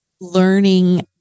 learning